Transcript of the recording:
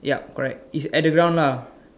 yup correct it's at the ground lah